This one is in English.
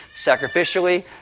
sacrificially